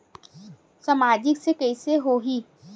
सामाजिक से कइसे होही?